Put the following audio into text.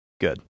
Good